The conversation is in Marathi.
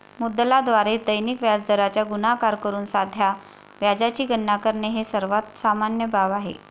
मुद्दलाद्वारे दैनिक व्याजदराचा गुणाकार करून साध्या व्याजाची गणना करणे ही सर्वात सामान्य बाब आहे